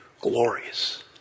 glorious